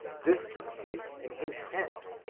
this took place in his tent,